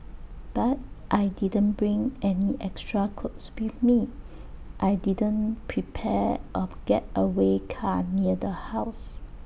but I didn't bring any extra clothes with me I didn't prepare A getaway car near the house